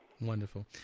Wonderful